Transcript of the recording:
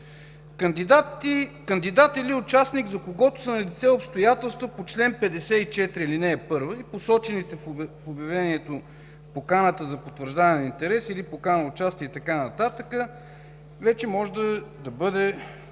„Кандидат или участник, за когото са налице обстоятелства по чл. 54, ал. 1 и посочените в обявлението, в поканата за потвърждаване на интерес или в покана за участие” и така нататък, вече може да бъде